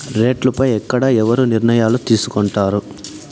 రేట్లు పై ఎక్కడ ఎవరు నిర్ణయాలు తీసుకొంటారు?